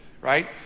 Right